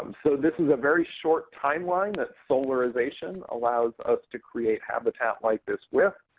and so this is a very short timeline that solarization allows us to create habitat like this with.